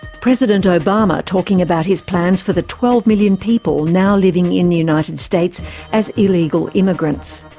president obama talking about his plans for the twelve million people now living in the united states as illegal immigrants.